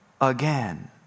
again